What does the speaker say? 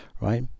right